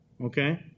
okay